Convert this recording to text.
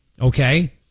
Okay